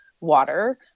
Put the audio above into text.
water